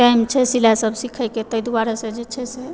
time छै सिलाइसभ सिखयकऽ तहि दुआरेसँ जे छै से